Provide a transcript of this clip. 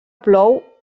plou